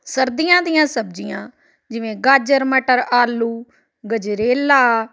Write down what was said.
ਸਰਦੀਆਂ ਦੀਆਂ ਸਬਜ਼ੀਆਂ ਜਿਵੇਂ ਗਾਜਰ ਮਟਰ ਆਲੂ ਗਜਰੇਲਾ